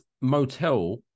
motel